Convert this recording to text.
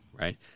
Right